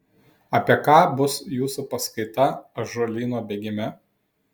apie ką bus jūsų paskaita ąžuolyno bėgime